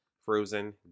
Frozen